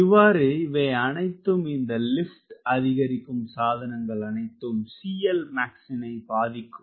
இவ்வாறு இவையனைத்தும் இந்த லிப்ட் அதிகரிக்கும் சாதனங்கள் அனைத்தும் CLmax இனை பாதிக்கும்